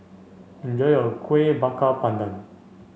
enjoy your Kueh Bakar Pandan